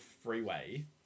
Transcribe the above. freeway